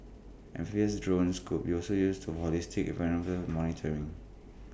amphibious drones could also used to holistic environmental monitoring